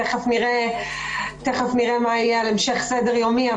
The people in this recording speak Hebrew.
תכף נראה מה יהיה על המשך סדר יומי,